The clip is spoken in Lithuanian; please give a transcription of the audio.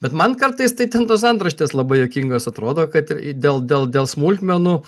bet man kartais tai ten tos antraštės labai juokingos atrodo kad ir dėl dėl smulkmenų